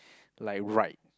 like right